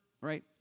right